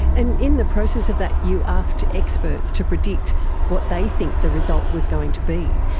and in the process of that you asked experts to predict what they think the result was going to be.